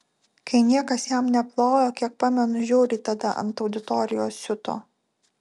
kai niekas jam neplojo kiek pamenu žiauriai tada ant auditorijos siuto